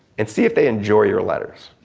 and see if they enjoy your letters.